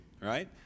right